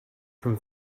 from